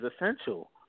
essential